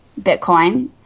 Bitcoin